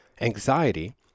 Anxiety